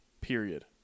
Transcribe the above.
Period